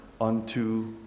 unto